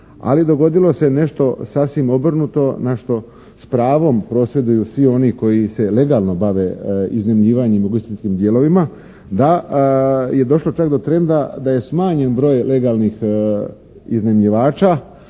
ali dogodilo se nešto sasvim obrnuto na što s pravom prosjeduju svi oni koji se legalno bave iznajmljivanjem ugostiteljskim dijelovima. Da je došlo čak do trenda da je smanjen broj legalnih iznajmljivača,